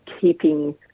keeping